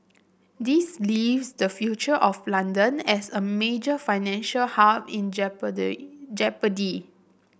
this leaves the future of London as a major financial hub in jeopardy